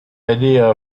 idea